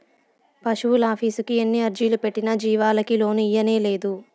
పశువులాఫీసుకి ఎన్ని అర్జీలు పెట్టినా జీవాలకి లోను ఇయ్యనేలేదు